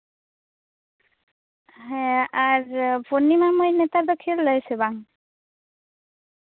ᱦᱮᱸ ᱟᱨ ᱯᱩᱨᱱᱤᱢᱟ ᱢᱟᱹᱭ ᱱᱮᱛᱟᱨ ᱫᱚ ᱠᱷᱮᱞ ᱮᱫᱟᱭ ᱥᱮ ᱵᱟᱝ